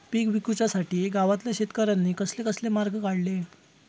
पीक विकुच्यासाठी गावातल्या शेतकऱ्यांनी कसले कसले मार्ग काढले?